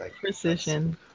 precision